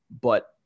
But-